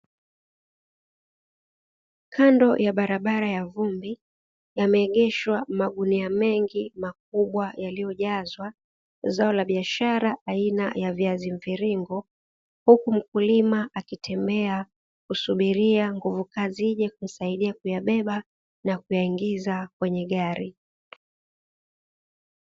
Kando ya barabara ya vumbi yameegeshwa magunia mengi makubwa yaliyojazwa zao la biashara aina ya viazi mviringo, huku mkulima akitembea kusubiria nguvu kazi ije kusaidia kuyabeba na kuyaingiza kwenye gari.